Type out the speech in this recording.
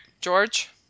George